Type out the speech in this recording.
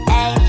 Hey